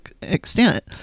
extent